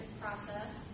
process